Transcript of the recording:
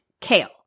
kale